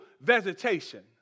Vegetation